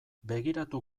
begiratu